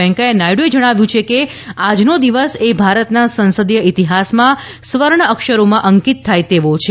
વૈંકેયા નાયડુએ જણાવ્યું છે કે આજનો દિવસ એ ભારતના સંસદીય ઈતિહાસમાં સ્વર્ણઅક્ષરોમાં અંકિત થાય તેવો છે